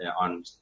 on